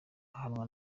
ahanwa